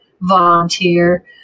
volunteer